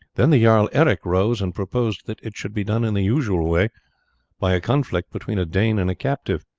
then the jarl eric rose and proposed that it should be done in the usual way by a conflict between a dane and a captive.